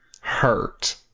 hurt